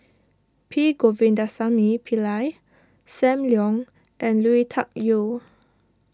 P Govindasamy Pillai Sam Leong and Lui Tuck Yew